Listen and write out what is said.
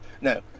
No